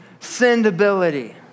sendability